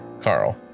carl